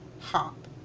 hop